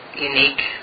unique